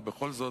ובכל זאת,